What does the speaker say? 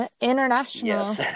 international